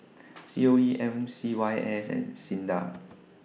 C O E M C Y S and SINDA